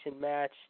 match